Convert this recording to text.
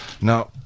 Now